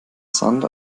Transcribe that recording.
sand